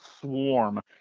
Swarm